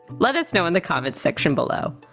let us know in the comments section below.